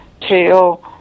tail